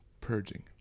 purging